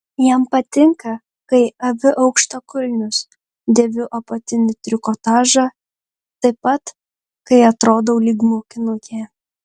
jam patinka kai aviu aukštakulnius dėviu apatinį trikotažą taip pat kai atrodau lyg mokinukė